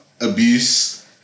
abuse